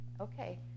Okay